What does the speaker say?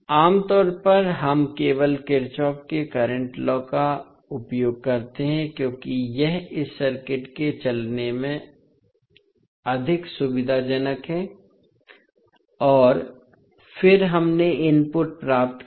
आम तौर पर हम केवल किरचॉफ के करंट लॉ का उपयोग करते हैं क्योंकि यह इस सर्किट से चलने में अधिक सुविधाजनक है और फिर हमने इनपुट प्राप्त किया